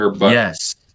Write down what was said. Yes